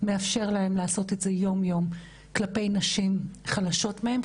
מאפשר להם לעשות את זה יום-יום כלפי נשים חלשות מהם,